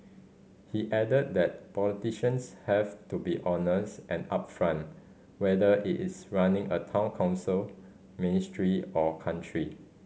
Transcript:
he added that politicians have to be honest and upfront whether it is running a Town Council ministry or country